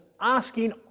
asking